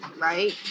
right